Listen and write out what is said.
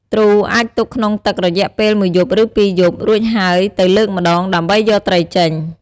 ទ្រូអាចទុកក្នុងទឹករយៈពេលមួយឬពីរយប់ រួចហើយទៅលើកម្តង ដើម្បីយកត្រីចេញ។